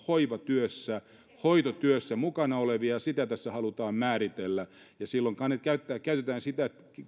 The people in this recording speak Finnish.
hoivatyössä hoitotyössä mukana olevia ja sitä tässä halutaan määritellä ja silloin käytetään sitä